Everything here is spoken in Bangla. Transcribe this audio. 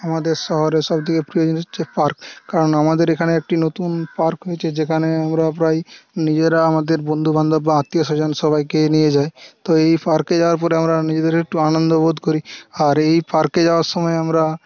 আমাদের শহরের সব থেকে প্রিয় জিনিস হচ্ছে পার্ক কারণ আমাদের এখানে একটি নতুন পার্ক হয়েছে যেখানে আমরা প্রায় নিজেরা আমাদের বন্ধু বান্ধব বা আত্মীয় স্বজন সবাইকে নিয়ে যাই তো এই পার্কে যাওয়ার পরে আমরা নিজেদের একটু আনন্দ বোধ করি আর এই পার্কে যাওয়ার সময় আমরা